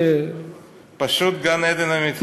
פשוט גן-עדן אמיתי.